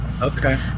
Okay